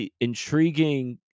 intriguing